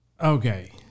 Okay